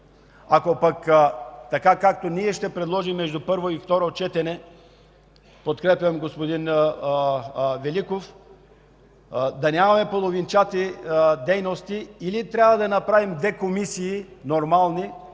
Ако пък така, както ние ще предложим между първо и второ четене – подкрепям господин Великов да нямаме половинчати дейности, трябва да направим две нормални